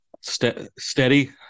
Steady